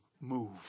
move